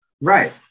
Right